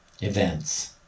events